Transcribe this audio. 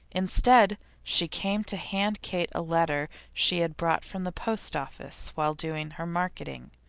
instead, she came to hand kate a letter she had brought from the post office while doing her marketing.